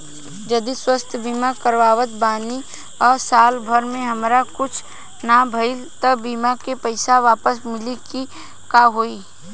जदि स्वास्थ्य बीमा करावत बानी आ साल भर हमरा कुछ ना भइल त बीमा के पईसा वापस मिली की का होई?